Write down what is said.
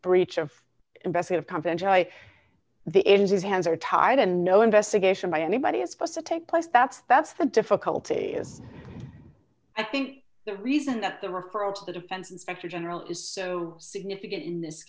breach of investor have come to enjoy the end his hands are tied and no investigation by anybody is supposed to take place that's that's the difficulty is i think the reason that the referral to the defense inspector general is so significant in this